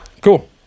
Cool